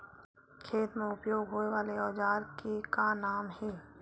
खेत मा उपयोग होए वाले औजार के का नाम हे?